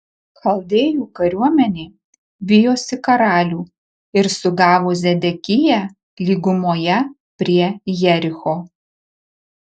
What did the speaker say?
chaldėjų kariuomenė vijosi karalių ir sugavo zedekiją lygumoje prie jericho